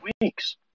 weeks